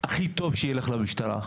הכי טובים ילכו למשטרה.